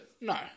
No